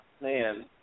Man